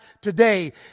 today